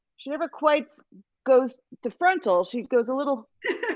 she never quite goes to frontal, she goes a little,